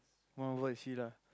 want what is she lah